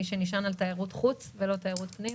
מי שנשען על תיירות חוץ ולא תיירות פנים